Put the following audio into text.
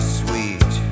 sweet